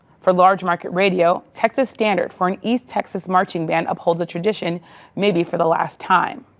for large market radio, texas standard for an east texas marching band upholds a tradition maybe for the last time.